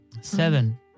Seven